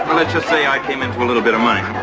let's just say i came into a little bit of mind.